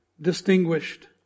distinguished